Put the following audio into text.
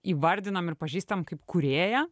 įvardinam ir pažįstam kaip kūrėją